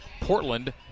Portland